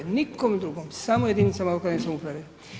Nikom drugom, samo jedinica lokalne samouprave.